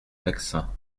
vexin